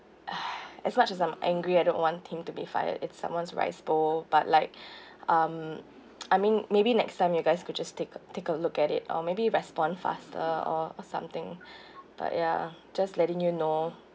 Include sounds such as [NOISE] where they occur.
as much as I'm angry I don't want him to be fired it's someone's rice bowl but like um [NOISE] I mean maybe next time you guys could just take take a look at it or maybe respond faster or or something but ya just letting you know